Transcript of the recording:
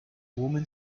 woman